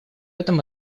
этом